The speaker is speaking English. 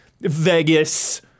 Vegas